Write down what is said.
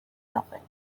nothing